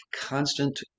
constant